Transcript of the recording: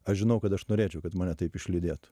aš žinau kad aš norėčiau kad mane taip išlydėtų